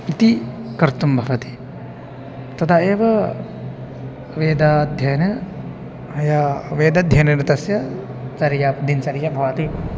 इति कर्तुं भवति तदा एव वेदाध्ययनं या वेदाध्ययननिरतस्य चर्या दिनचर्यात्र भवति